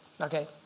Okay